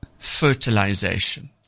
Fertilization